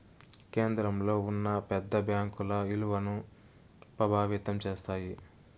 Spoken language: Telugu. కేంద్రంలో ఉన్న పెద్ద బ్యాంకుల ఇలువను ప్రభావితం చేస్తాయి